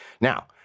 Now